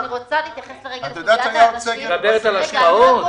אני רוצה להתייחס לסוגית --- את מדברת על השקעות?